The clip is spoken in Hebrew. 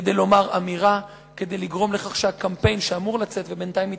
כדי לומר אמירה וכדי לגרום לכך שהקמפיין שאמור לצאת ובינתיים מתעכב,